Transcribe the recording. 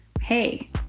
Hey